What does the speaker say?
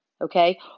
okay